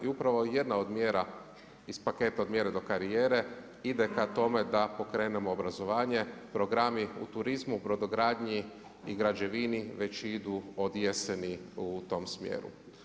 I upravo jedna od mjera iz paketa „Od mjere do karijere“ ide ka tome da pokrenemo obrazovanje, programi u turizmu, brodogradnji i građevini već idu od jeseni u tom smjeru.